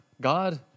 God